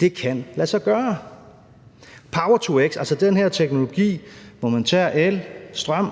det kan lade sig gøre. Power-to-x , altså den her teknologi, hvor man tager el, strøm